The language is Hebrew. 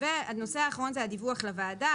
והנושא האחרון זה הדיווח לוועדה.